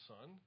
Son